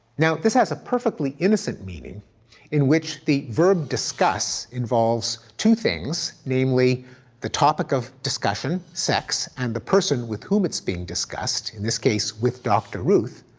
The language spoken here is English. now this has a perfectly innocent meaning in which the verb, discuss involves two things, namely the topic of discussion, sex and the person with who it's being discussed, in this case, with dr. ruth.